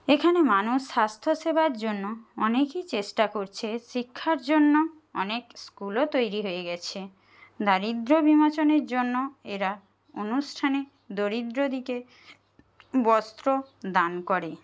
এখানে মানুষ স্বাস্থ্য সেবার জন্য অনেকই চেষ্টা করছে শিক্ষার জন্য অনেক স্কুলও তৈরি হয়ে গেছে দারিদ্র বিমোচনের জন্য এরা আনুষ্ঠানিক দরিদ্রদিগকে বস্ত্র দান করে